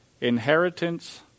inheritance